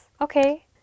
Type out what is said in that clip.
Okay